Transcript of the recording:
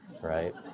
right